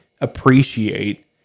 appreciate